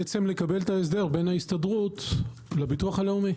לקבל את ההסדר בין ההסתדרות לביטוח הלאומי.